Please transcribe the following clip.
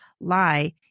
lie